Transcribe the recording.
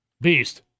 beast